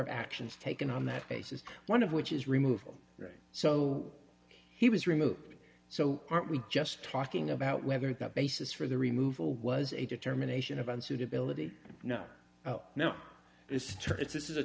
of actions taken on that basis one of which is removal so he was removed so aren't we just talking about whether the basis for the removal was a determination of unsuitability no now is true it's this is a